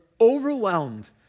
overwhelmed